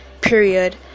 period